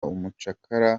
umucakara